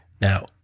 Now